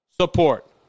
support